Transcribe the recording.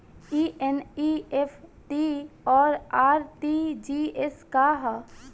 ई एन.ई.एफ.टी और आर.टी.जी.एस का ह?